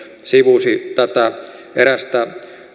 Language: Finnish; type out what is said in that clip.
sivusivat tätä erästä